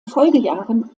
folgejahren